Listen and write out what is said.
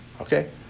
Okay